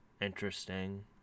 interesting